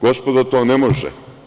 Gospodo, to ne može.